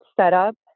setup